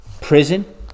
prison